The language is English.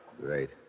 Great